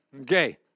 Okay